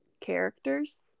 characters